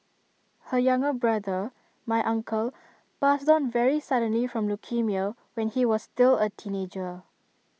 her younger brother my uncle passed on very suddenly from leukaemia when he was still A teenager